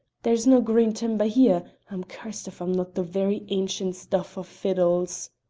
there's no green timber here i'm cursed if i'm not the very ancient stuff of fiddles!